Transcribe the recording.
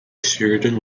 sheridan